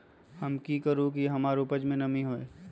हम की करू की हमार उपज में नमी होए?